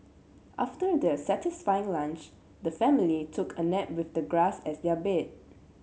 after their satisfying lunch the family took a nap with the grass as their bed